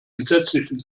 gesetzlichen